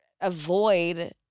avoid